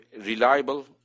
reliable